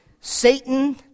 Satan